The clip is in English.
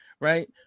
right